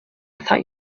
thought